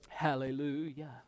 Hallelujah